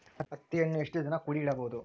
ಹತ್ತಿಯನ್ನು ಎಷ್ಟು ದಿನ ಕೂಡಿ ಇಡಬಹುದು?